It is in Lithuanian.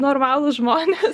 normalūs žmonės